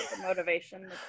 motivation